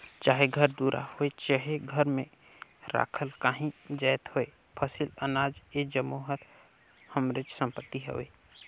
चाहे घर दुरा होए चहे घर में राखल काहीं जाएत होए फसिल, अनाज ए जम्मो हर हमरेच संपत्ति हवे